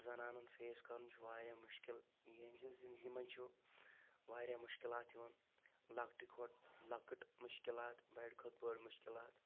زَنان فیس کرُن چھُ واریاہ مُشکِل یِہنٛزِ زِنٛدگی منٛز چھُ واریاہ مُشکِلات یِوان لۄکٹہِ کھۄتہٕ لۄکٕٹۍ مُشکِلات بڑِ کھۄتہٕ بٔڑ مُشکِلات